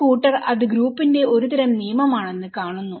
ഒരു കൂട്ടർ അത് ഗ്രൂപ്പിന്റെ ഒരു തരം നിയമമാണെന്ന് കാണുന്നു